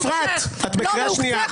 אפרת, את בקריאה שנייה.